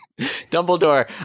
Dumbledore